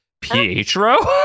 Pietro